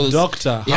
doctor